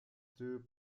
two